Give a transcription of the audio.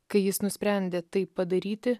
kai jis nusprendė tai padaryti